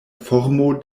formo